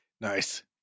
nice